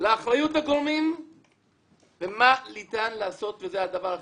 לאחריות הגורמים והכי חשוב,